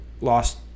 lost